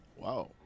Wow